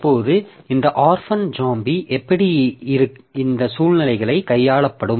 இப்போது இந்த orphan zombie எப்படி இந்த சூழ்நிலைகளை கையாளப்படும்